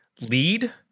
lead